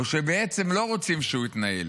או שבעצם לא רוצים שהוא יתנהל.